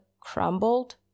crumbled